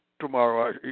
tomorrow